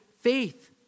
faith